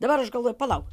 dabar aš galvoju palauk